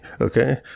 okay